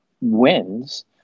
wins